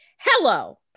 hello